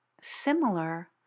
similar